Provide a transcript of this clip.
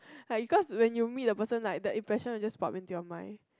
like because when you meet a person like the impression will just pop into your mind